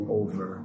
over